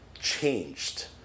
changed